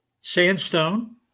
sandstone